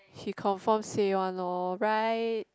he confirm say one lor right